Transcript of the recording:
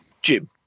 Jim